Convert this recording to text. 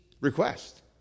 request